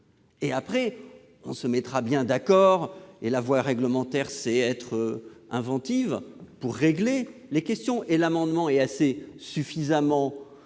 Après, on se mettra bien d'accord, et la voie réglementaire sait être inventive, pour régler les questions. Ces amendements sont rédigés avec suffisamment